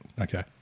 Okay